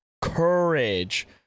Courage